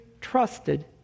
trusted